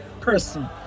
person